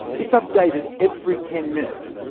it's updated every ten minutes,